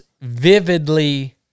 vividly